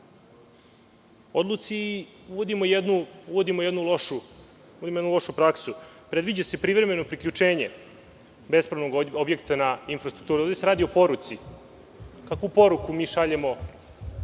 odluci. Uvodimo jednu lošu praksu, predviđa se privremeno priključenje bespravnog objekta na infrastrukturu. Ovde se radi o poruci. Kakvu poruku mi šaljemo